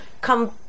come